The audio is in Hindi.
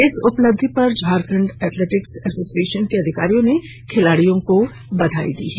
इस उपलब्धि पर झारखंड एथलेटिक्स एसोसिएशन के अधिकारियों ने खिलाड़ियों को बधाई दी है